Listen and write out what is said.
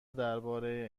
درباره